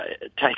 take